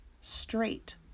straight